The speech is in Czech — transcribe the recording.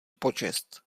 počest